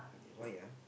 why ah